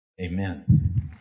Amen